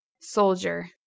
Soldier